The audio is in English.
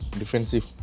defensive